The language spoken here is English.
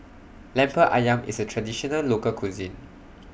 Lemper Ayam IS A Traditional Local Cuisine